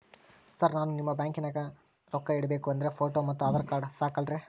Sir ನಾನು ನಿಮ್ಮ ಬ್ಯಾಂಕನಾಗ ರೊಕ್ಕ ಇಡಬೇಕು ಅಂದ್ರೇ ಫೋಟೋ ಮತ್ತು ಆಧಾರ್ ಕಾರ್ಡ್ ಸಾಕ ಅಲ್ಲರೇ?